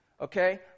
okay